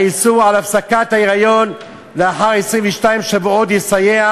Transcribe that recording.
האיסור על הפסקת ההיריון לאחר 22 שבועות יסייע